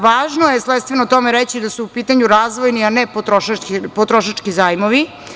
Važno je, svojstveno tome, reći da su u pitanju razvojni, a ne potrošački zajmovi.